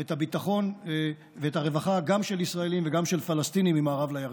את הביטחון ואת הרווחה גם של ישראלים וגם של פלסטינים ממערב לירדן.